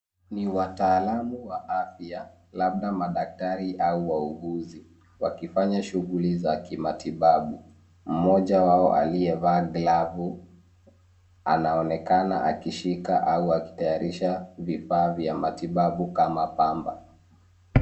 Ni wataalamu wa afya labda madaktari au wauguzi wakifanya shuguli za kimatibabu. Mmoja wao aliyevaa glavu anaonekana akishika au akitayarisha vifaa vya matibabu kama pamba.